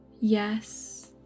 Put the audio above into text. Yes